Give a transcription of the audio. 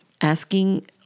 asking